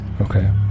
Okay